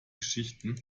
geschichten